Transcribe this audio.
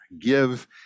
Give